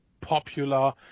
popular